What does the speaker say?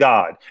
God